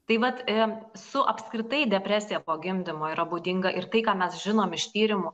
tai vat em su apskritai depresija po gimdymo yra būdinga ir tai ką mes žinom iš tyrimų